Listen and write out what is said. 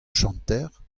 chanter